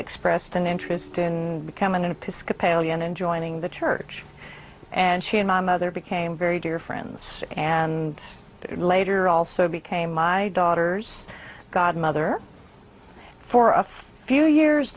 expressed an interest in becoming an episcopalian and joining the church and she and my mother became very dear friends and later also became my daughter's godmother for a few years